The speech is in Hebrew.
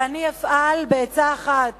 ואני אפעל בעצה אחת